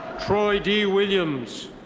troy d. williams.